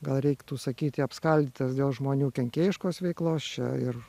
gal reiktų sakyti apskaldytas dėl žmonių kenkėjiškos veiklos čia ir